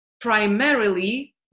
primarily